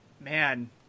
Man